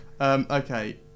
Okay